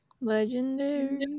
Legendary